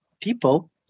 people